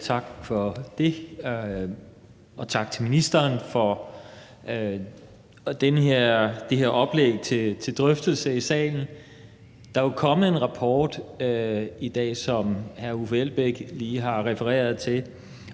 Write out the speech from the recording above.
Tak for det. Og tak til ministeren for det her oplæg til drøftelse i salen. Der er jo kommet en rapport i dag, som hr. Uffe Elbæk lige har refereret til,